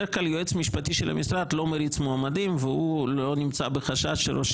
בדרך כלל יועץ משפטי של המשרד לא מריץ מועמדים והוא לא נמצא בחשש שראש